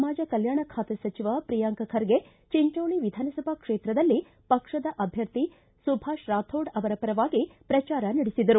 ಸಮಾಜ ಕಲ್ನಾಣ ಖಾತೆ ಸಚಿವ ಪ್ರಿಯಾಂಕಾ ಖರ್ಗೆ ಚಿಂಚೋಳ್ಳಿ ವಿಧಾನಸಭಾ ಕ್ಷೇತ್ರದಲ್ಲಿ ಪಕ್ಷದ ಅಭ್ಯರ್ಥಿ ಸುಭಾಷ್ ರಾಥೋಡ್ ಅವರ ಪರವಾಗಿ ಪ್ರಚಾರ ನಡೆಸಿದರು